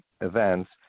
events